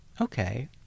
okay